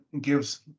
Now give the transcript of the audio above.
gives